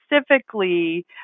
specifically